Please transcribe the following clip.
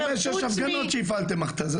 הייתי באיזה חמש שש הפגנות שהפעלתם "בואש".